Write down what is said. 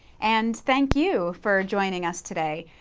and thank you for joining us today.